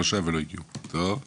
שלושה ולא הגיעו, טוב.